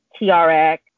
TRX